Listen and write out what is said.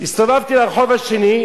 הסתובבתי לרחוב השני,